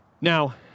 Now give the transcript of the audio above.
Now